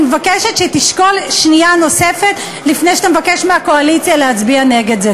אני מבקשת שתשקול שנייה נוספת לפני שאתה מבקש מהקואליציה להצביע נגד זה.